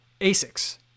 ASICs